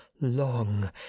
long